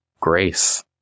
grace